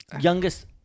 youngest